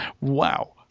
Wow